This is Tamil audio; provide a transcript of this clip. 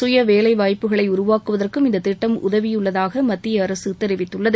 சுய வேலைவாய்ப்புக்களை உருவாக்குவதற்கும் இந்த திட்டம் உதவியுள்ளதாக மத்திய அரசு தெரிவித்துள்ளது